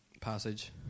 passage